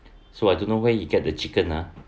so I don't know where he get the chicken ah